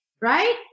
right